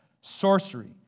sorcery